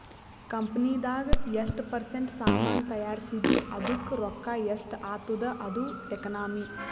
ಕಂಪನಿದಾಗ್ ಎಷ್ಟ ಪರ್ಸೆಂಟ್ ಸಾಮಾನ್ ತೈಯಾರ್ಸಿದಿ ಅದ್ದುಕ್ ರೊಕ್ಕಾ ಎಷ್ಟ ಆತ್ತುದ ಅದು ಎಕನಾಮಿ